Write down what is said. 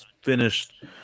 finished